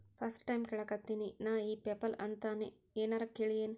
First time ಕೇಳಾಕತೇನಿ ನಾ ಇ ಪೆಪಲ್ ಅಂತ ನೇ ಏನರ ಕೇಳಿಯೇನ್?